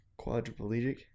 Quadriplegic